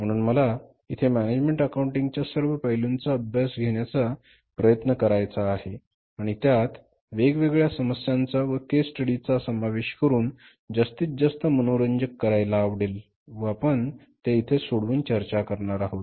म्हणून मला इथे मॅनेजमेण्ट अकाऊण्टिंग च्या सर्व पैलूंचा अभ्यास घेण्याचा प्रयत्न करायचा आहे आणि त्यात वेगवेगळ्या समस्यांचा व केस स्टडी चा समावेश करून जास्तीतजास्त मनोरंजक करायला आवडेल व आपण त्या इथे सोडवून चर्चा करणार आहोत